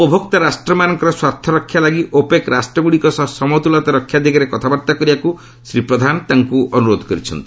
ଉପଭୋକ୍ତା ରାଷ୍ଟ୍ରମାନଙ୍କର ସ୍ୱାର୍ଥରକ୍ଷା ଲାଗି ଓପେକ୍ ରାଷ୍ଟ୍ରଗୁଡ଼ିକ ସହ ସମତୁଲତା ରକ୍ଷା ଦିଗରେ କଥାବାର୍ତ୍ତା କରିବାକୁ ଶ୍ରୀ ପ୍ରଧାନ ଅନୁରୋଧ କରିଛନ୍ତି